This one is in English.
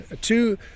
Two